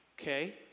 Okay